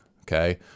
okay